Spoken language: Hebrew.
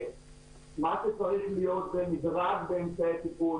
מה שצריך להיות זה מדרג באמצעי הטיפול